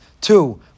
Two